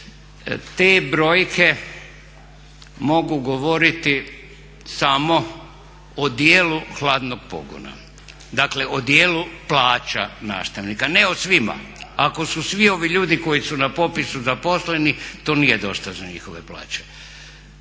Te brojke mogu govoriti samo o dijelu hladnog pogona, dakle o dijelu plaća nastavnika, ne o svima. Ako su svi ovi ljudi koji su na popisu zaposleni to nije dosta za njihove plaće,